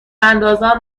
اندازان